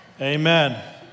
Amen